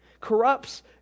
corrupts